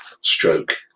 stroke